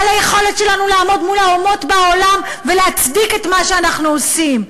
על היכולת שלנו לעמוד מול האומות בעולם ולהצדיק את מה שאנחנו עושים?